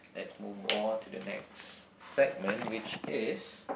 let's move on to the next segment which is